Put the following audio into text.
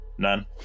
none